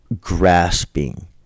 Grasping